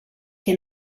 que